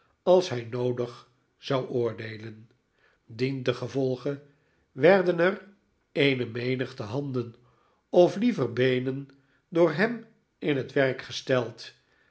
als hij noodig zou oordeelen dientengevolge werden er eene menigte handen of liever beenen door hem in het werk gesteld